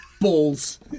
Balls